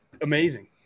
Amazing